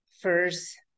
first